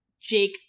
Jake